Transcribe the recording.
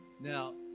Now